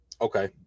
Okay